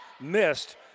missed